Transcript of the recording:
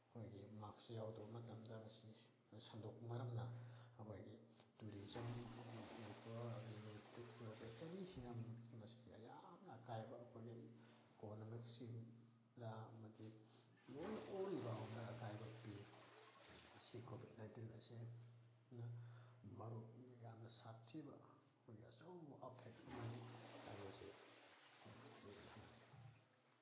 ꯑꯩꯈꯣꯏꯒꯤ ꯃꯥꯛꯁ ꯌꯥꯎꯗꯕ ꯃꯇꯝꯗ ꯃꯁꯤ ꯁꯟꯗꯣꯛꯄ ꯃꯔꯝꯅ ꯑꯩꯈꯣꯏꯒꯤ ꯇꯨꯔꯤꯖꯝꯒꯤ ꯑꯣꯏꯕ ꯂꯜꯂꯣꯜ ꯏꯇꯤꯛꯀꯤ ꯑꯣꯏꯕ ꯑꯦꯅꯤ ꯍꯤꯔꯝꯗ ꯃꯁꯤꯅ ꯌꯥꯝꯅ ꯑꯀꯥꯏꯕ ꯑꯩꯈꯣꯏꯒꯤ ꯏꯀꯣꯅꯣꯃꯤꯛꯁꯤꯡꯗ ꯑꯃꯗꯤ ꯂꯣꯏꯅ ꯑꯣꯜ ꯔꯥꯎꯟꯗ ꯑꯀꯥꯏꯕ ꯄꯤ ꯃꯁꯤꯒꯤ ꯀꯣꯚꯤꯠ ꯅꯥꯏꯟꯇꯤꯟ ꯑꯁꯦ ꯅ ꯃꯔꯨ ꯌꯥꯝꯅ ꯁꯥꯊꯤꯕ ꯑꯩꯈꯣꯏꯒꯤ ꯑꯆꯧꯕ ꯑꯦꯐꯦꯛ ꯑꯃꯅꯤ ꯍꯥꯏꯕꯁꯦ ꯑꯩ ꯊꯝꯖꯒꯦ